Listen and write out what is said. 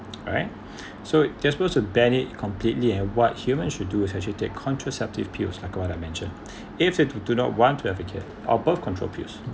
alright so they're supposed to ban it completely and what humans should do is actually take contraceptive pills like what I mentioned if they do do not want to have a kid our birth control pills